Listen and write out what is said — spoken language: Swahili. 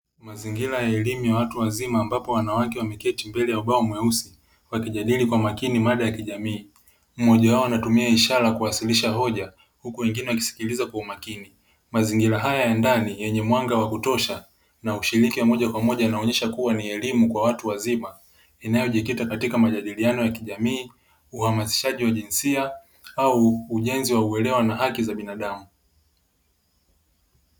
Mazingira ya elimu ya watu wazima ambapo wanawake wameketi mbele ya ubao mweusi wakijadili kwa makini mada ya kijamii, mmoja wao anatumia ishara kuwasilisha hoja huku wengine wakisikiliza kwa umakini, mazingira haya ya ndani yenye mwanga wa kutosha na ushiriki wa moja kwa moja yanaonyesha kuwa ni elimu kwa watu wazima inayojikita katika majadiliano ya kijamii, uhamasishaji wa jinsia au ujenzi wa uelewa na haki za binadamu.